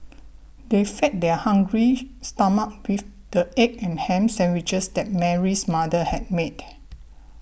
they fed their hungry stomachs with the egg and ham sandwiches that Mary's mother had made